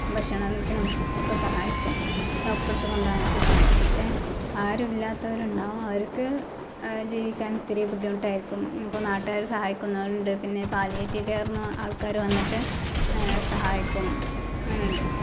ഭഷണത്തിനും ഒക്കെ സഹായിക്കും ഡോക്ടറുടെ അടുത്ത് കൊണ്ടുപോകാനൊക്കെ സഹായിക്കും പക്ഷേ ആരും ഇല്ലാത്തവരുണ്ടാവും അവർക്ക് ജീവിക്കാൻ ഇത്തിരി ബുദ്ധിമുട്ടായിരിക്കും അപ്പോൾ നാട്ടുകാര് സഹായിക്കുന്നവരുണ്ട് പിന്നെ പാലിയേറ്റിവ് കേയറ് എന്ന് ആൾക്കാര് വന്നിട്ട് സഹായിക്കും അങ്ങനെ ഉണ്ട്